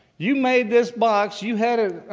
you made this box. you had it